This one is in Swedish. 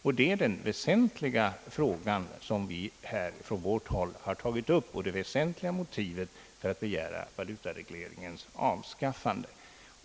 Detta är den väsentliga fråga, som vi här från vårt håll har tagit upp, och det väsentliga motivet för oss att begära valutaregleringens avskaffande.